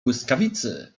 błyskawicy